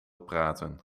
praten